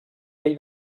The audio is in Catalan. vell